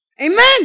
Amen